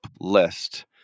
list